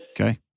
Okay